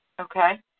Okay